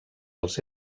els